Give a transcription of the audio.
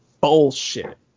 bullshit